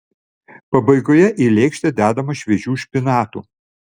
pabaigoje į lėkštę dedama šviežių špinatų